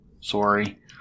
Sorry